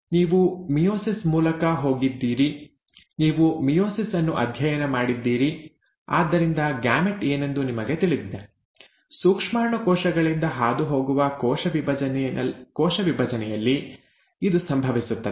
ನೀವು ಮಿಯೋಸಿಸ್ ಮೂಲಕ ಹೋಗಿದ್ದೀರಿ ನೀವು ಮಿಯೋಸಿಸ್ ಅನ್ನು ಅಧ್ಯಯನ ಮಾಡಿದ್ದೀರಿ ಆದ್ದರಿಂದ ಗ್ಯಾಮೆಟ್ ಏನೆಂದು ನಿಮಗೆ ತಿಳಿದಿದೆ ಸೂಕ್ಷ್ಮಾಣು ಕೋಶಗಳಿಂದ ಹಾದುಹೋಗುವ ಕೋಶ ವಿಭಜನೆಯಲ್ಲಿ ಇದು ಸಂಭವಿಸುತ್ತದೆ